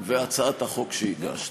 והצעת החוק שהגשת.